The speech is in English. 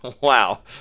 wow